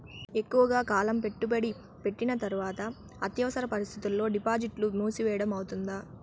ఎక్కువగా కాలం పెట్టుబడి పెట్టిన తర్వాత అత్యవసర పరిస్థితుల్లో డిపాజిట్లు మూసివేయడం అవుతుందా?